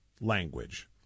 language